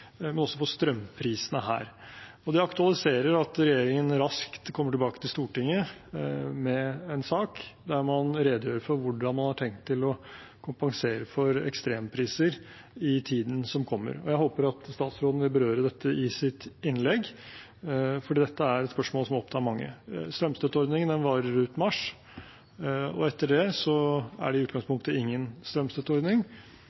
også for strømprisene her. Det aktualiserer at regjeringen raskt kommer tilbake til Stortinget med en sak der man redegjør for hvordan man har tenkt å kompensere for ekstrempriser i tiden som kommer. Jeg håper statsråden vil berøre dette i sitt innlegg, for dette er et spørsmål som opptar mange. Strømstøtteordningen varer ut mars, og etter det er det i